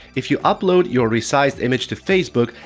if you upload your resized image to facebook,